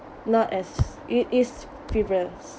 not as it is frivolous